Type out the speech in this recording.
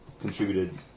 contributed